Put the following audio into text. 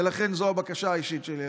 ולכן זאת הבקשה האישית שלי אליך.